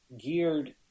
geared